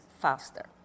faster